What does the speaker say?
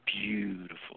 beautiful